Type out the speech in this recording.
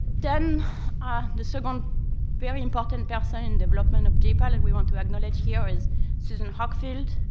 then ah the second very important person in development of j-pal and we want to acknowledge here is susan hockfield,